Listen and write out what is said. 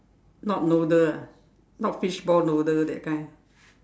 not noodle ah not fishball noodle that kind